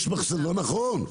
לא נכון.